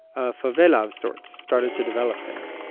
a favela of sorts started to develop there.